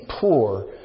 poor